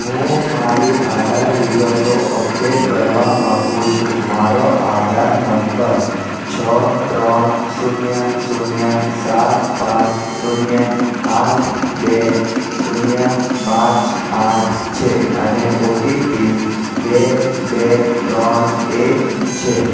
હું મારી આધાર વિગતો અપડેટ કરવા માગું છું મારો આધાર નંબર છ ત્રણ શૂન્ય શૂન્ય સાત પાંચ શૂન્ય આઠ બે શૂન્ય પાંચ આઠ છે અને ઓટીપી બે બે ત્રણ એક છે